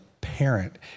parent